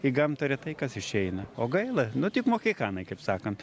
į gamtą retai kas išeina o gaila nu tik mohikanai kaip sakant